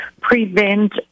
prevent